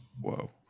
Whoa